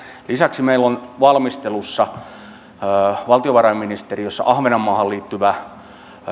lisäksi meillä on valmistelussa valtionvarainministeriössä ahvenanmaahan liittyvä